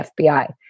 FBI